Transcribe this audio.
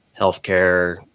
healthcare